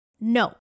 No